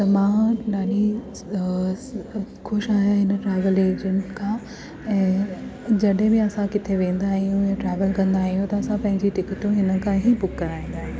त मां ॾाढी ख़ुशि आहियां हिन ट्रैवल एजेंट खां ऐं जॾहिं बि असां किते वेंदा या ट्रैवल कंदा आहियूं त असां पंहिंजी टिकटूं हिन खां ई बुक कराईंदा आहियूं